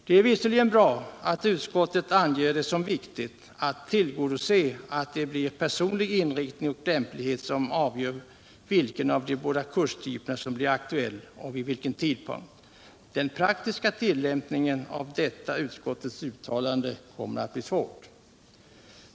Det är visserligen bra att utskottet anger det som viktigt att det blir personlig inriktning och lämplighet som avgör vilken av de båda kurstyperna som blir aktuell och vid vilken tidpunkt detta inträffar, men den praktiska tillämpningen av principen kommer att bli svår.